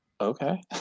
Okay